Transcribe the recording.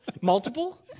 Multiple